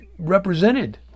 Represented